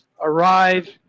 arrive